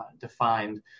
defined